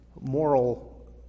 moral